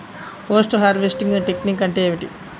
Post harvesting technique అంటే ఏమిటీ?